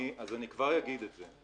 אני כבר אגיד את זה.